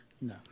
no